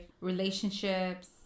relationships